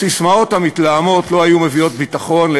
הססמאות המתלהמות לא היו מביאות ביטחון,